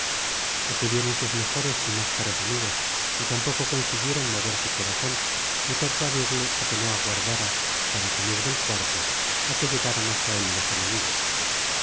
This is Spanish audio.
acudieron sus mejores y más caros amigos y tampoco consiguieron mover su corazón ni persuadirle á que no aguardara para salir del cuarto á que llegaran hasta él los enemigos